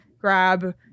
grab